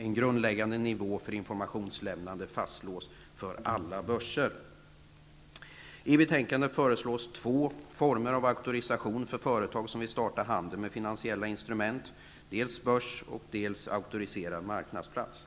En grundläggande nivå för informationslämnande fastslås för alla börser. I betänkandet föreslås två former av auktorisation för företag som vill starta handel med finansiella instrument: dels börs, dels auktoriserad marknadsplats.